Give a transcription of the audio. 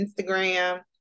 instagram